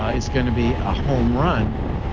ah is going to be a home run,